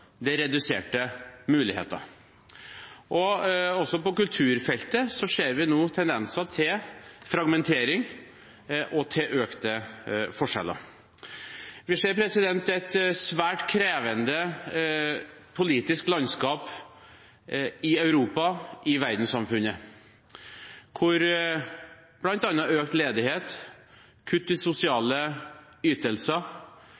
det er reduserte muligheter. Også på kulturfeltet ser vi nå tendenser til fragmentering og til økte forskjeller. Vi ser et svært krevende politisk landskap i Europa og i verdenssamfunnet, med bl.a. økt ledighet, kutt i